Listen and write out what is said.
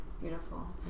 Beautiful